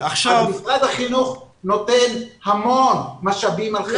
משרד החינוך נותן המון משאבים על חשבונו.